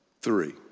three